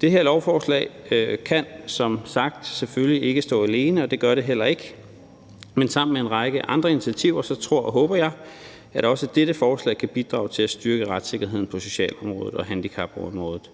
Det her lovforslag kan som sagt selvfølgelig ikke stå alene, og det gør det heller ikke. Men sammen med en række andre initiativer tror og håber jeg, at også dette forslag kan bidrage til at styrke retssikkerheden på socialområdet og handicapområdet,